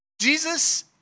Jesus